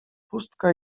pustka